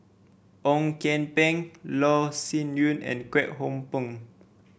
Ong Kian Peng Loh Sin Yun and Kwek Hong Png